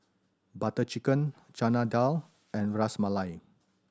Butter Chicken Chana Dal and Ras Malai